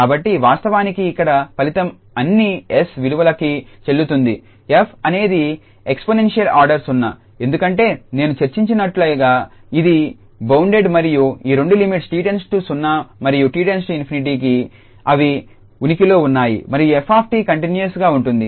కాబట్టి వాస్తవానికి ఇక్కడ ఫలితం అన్ని 𝑠 విలువలకి చెల్లుతుంది 𝑓 అనేది ఎక్స్పోనెన్షియల్ ఆర్డర్ 0 ఎందుకంటే నేను చర్చించినట్లుగా ఇది బౌన్డెడ్ మరియు ఈ రెండు లిమిట్స్ 𝑡→ 0 మరియు 𝑡 → ∞కి అవి ఉనికిలో ఉన్నాయి మరియు 𝑓𝑡 కంటిన్యూస్ గా ఉంటుంది